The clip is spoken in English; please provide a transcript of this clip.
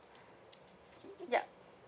yup